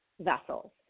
vessels